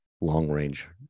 long-range